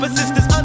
sisters